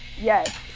Yes